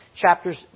Chapters